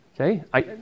okay